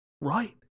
Right